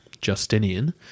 Justinian